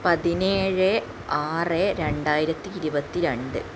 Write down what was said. പതിനേഴ് ആറ് രണ്ടായിരത്തി ഇരുപത്തി രണ്ട്